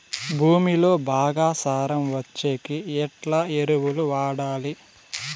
భూమిలో బాగా సారం వచ్చేకి ఎట్లా ఎరువులు వాడాలి?